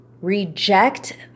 reject